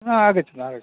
ह आगच्छतु आगच्छतु